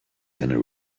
gonna